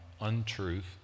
untruth